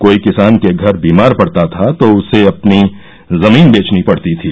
कोई किसान के घर बीमार पड़ता था तो उसे अपनी जमीन बेचनी पड़ती थी